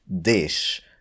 dish